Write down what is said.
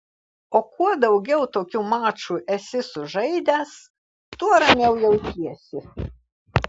o kuo daugiau tokių mačų esi sužaidęs tuo ramiau jautiesi